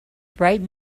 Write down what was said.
bright